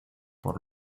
por